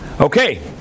Okay